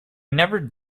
never